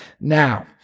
Now